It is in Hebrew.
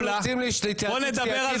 אם כך אנחנו יוצאים להתייעצות סיעתית,